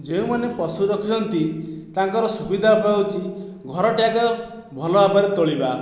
ଯେଉଁମାନେ ପଶୁ ରଖିଛନ୍ତି ତାଙ୍କର ସୁବିଧା ହେଉଛି ଘରଟିଏ ଆଗ ଭଲ ଭାବରେ ତୋଳିବା